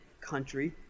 country